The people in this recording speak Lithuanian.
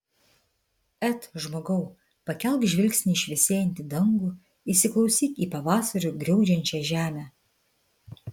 et žmogau pakelk žvilgsnį į šviesėjantį dangų įsiklausyk į pavasariu griaudžiančią žemę